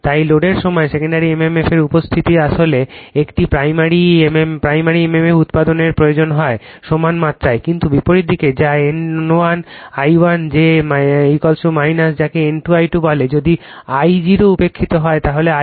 তাই লোডের সময় সেকেন্ডারি mmf এর উপস্থিতি আসলে একটি প্রাইমারি mmf উৎপাদনের প্রয়োজন হয় সমান মাত্রায় কিন্তু বিপরীত দিকে যা N1 I2 যে যাকে N2 I2 বলে যদি I0 উপেক্ষিত হয় তাহলে I2 I1